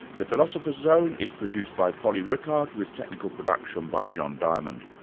the philosopher's zone is produced by polly rickard, with technical production by john diamond.